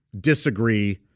disagree